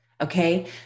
okay